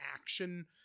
action